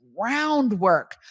groundwork